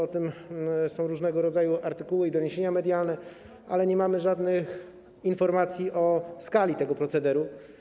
O tym są różnego rodzaju artykuły i doniesienia medialne, ale nie mamy żadnych informacji o skali tego procederu.